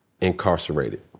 incarcerated